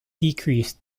decreased